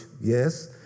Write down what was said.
yes